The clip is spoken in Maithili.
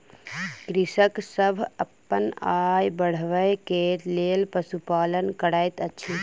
कृषक सभ अपन आय बढ़बै के लेल पशुपालन करैत अछि